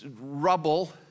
rubble